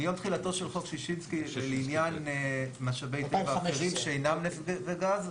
מיום תחילתו של חוק ששינסקי שלעניין משאבי טבע אחרים שאינם נפט וגז.